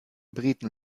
briten